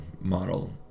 model